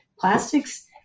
Plastics